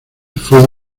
fue